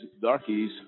darkies